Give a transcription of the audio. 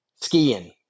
skiing